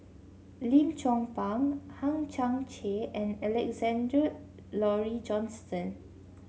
Lim Chong Pang Hang Chang Chieh and Alexander Laurie Johnston